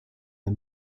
der